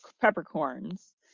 peppercorns